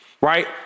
Right